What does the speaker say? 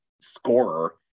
scorer